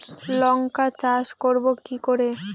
লঙ্কা চাষ করব কি করে?